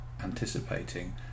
anticipating